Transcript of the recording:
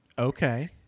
Okay